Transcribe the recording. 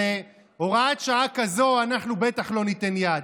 להוראת שעה כזאת אנחנו בטח לא ניתן יד.